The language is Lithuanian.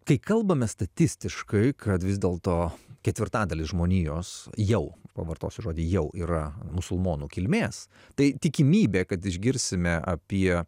kai kalbame statistiškai kad vis dėlto ketvirtadalis žmonijos jau pavartosiu žodį jau yra musulmonų kilmės tai tikimybė kad išgirsime apie